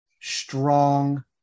strong